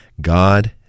God